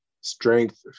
strength